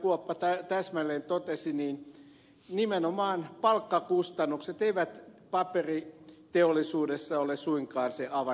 kuoppa täsmälleen totesi nimenomaan palkkakustannukset eivät paperiteollisuudessa ole suinkaan se avainkysymys